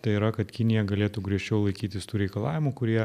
tai yra kad kinija galėtų griežčiau laikytis tų reikalavimų kurie